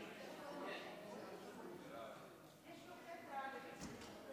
כן, רבותיי חברי הכנסת,